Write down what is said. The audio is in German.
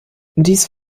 dies